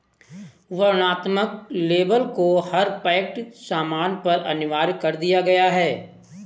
वर्णनात्मक लेबल को हर पैक्ड सामान पर अनिवार्य कर दिया गया है